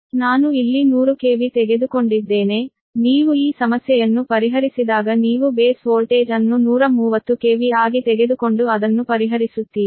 ನಾನು ಇಲ್ಲಿ 100 ಕೆವಿ ತೆಗೆದುಕೊಂಡಿದ್ದೇನೆ ನೀವು ಈ ಸಮಸ್ಯೆಯನ್ನು ಪರಿಹರಿಸಿದಾಗ ನೀವು ಬೇಸ್ ವೋಲ್ಟೇಜ್ ಅನ್ನು 130 ಕೆವಿ ಆಗಿ ತೆಗೆದುಕೊಂಡು ಅದನ್ನು ಪರಿಹರಿಸುತ್ತೀರಿ